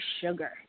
sugar